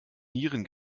nieren